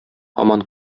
һаман